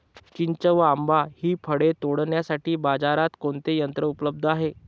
चिंच व आंबा हि फळे तोडण्यासाठी बाजारात कोणते यंत्र उपलब्ध आहे?